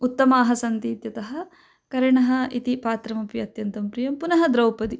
उत्तमाः सन्ति इत्यतः कर्णः इति पात्रमपि अत्यन्तं प्रियं पुनः द्रौपदी